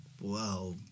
Wow